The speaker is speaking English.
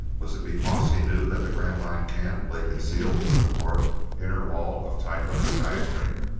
was it because he knew that the grantline camp lay concealed on the north inner wall of tycho's giant ring?